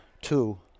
two